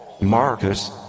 marcus